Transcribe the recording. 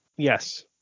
yes